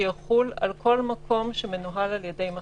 שיחול על כל מקום שמנוהל על ידי מחזיק: